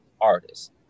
artists